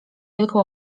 wielką